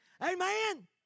Amen